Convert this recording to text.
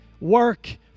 work